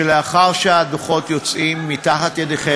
לאחר שהדוחות יוצאים מתחת ידיכם,